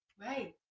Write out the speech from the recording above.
Right